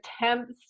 attempts